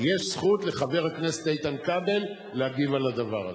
יש זכות לחבר הכנסת איתן כבל להגיב על הדבר הזה.